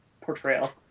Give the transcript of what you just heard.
portrayal